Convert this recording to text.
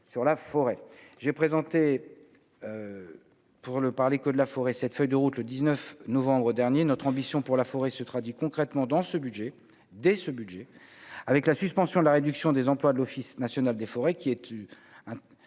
sur la forêt, j'ai présenté, pour ne parler que de la forêt, cette feuille de route, le 19 novembre dernier notre ambition pour la forêt se traduit concrètement dans ce budget dès ce budget avec la suspension de la réduction des emplois de l'Office national des forêts qui ait eu